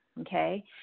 okay